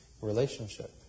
relationship